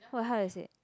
what how do I say it